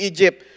Egypt